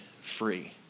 free